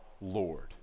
Lord